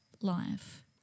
life